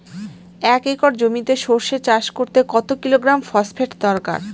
এক একর জমিতে সরষে চাষ করতে কত কিলোগ্রাম ফসফেট দরকার?